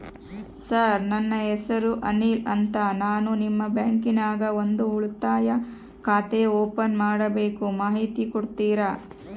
Sir ನನ್ನ ಹೆಸರು ಅನಿಲ್ ಅಂತ ನಾನು ನಿಮ್ಮ ಬ್ಯಾಂಕಿನ್ಯಾಗ ಒಂದು ಉಳಿತಾಯ ಖಾತೆ ಓಪನ್ ಮಾಡಬೇಕು ಮಾಹಿತಿ ಕೊಡ್ತೇರಾ?